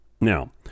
Now